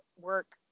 work